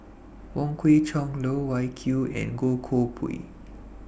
Wong Kwei Cheong Loh Wai Kiew and Goh Koh Pui